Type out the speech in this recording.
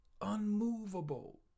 unmovable